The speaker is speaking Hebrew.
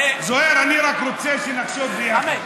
זוהיר, אני רק רוצה שנחשוב ביחד.